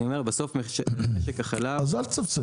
אז אני אומר שבסוף משק החלב --- אז אל תסבסד.